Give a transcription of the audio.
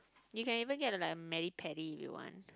you can even get to like Maddy Paddy if you want